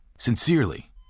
Sincerely